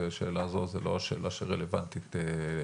זו לא שאלה שרלוונטית,